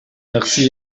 merci